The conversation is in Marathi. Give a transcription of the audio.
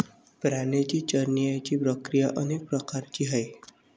प्राण्यांची चरण्याची प्रक्रिया अनेक प्रकारची आहे